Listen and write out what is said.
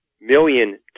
million